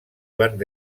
van